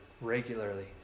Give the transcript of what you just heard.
regularly